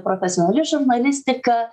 profesionali žurnalistika